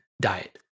diet